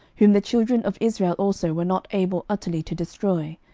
whom the children of israel also were not able utterly to destroy,